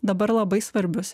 dabar labai svarbius